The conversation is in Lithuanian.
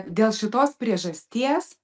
dėl šitos priežasties